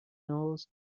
nose